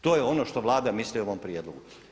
To je ono što Vlada misli o ovom prijedlogu.